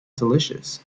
delicious